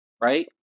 right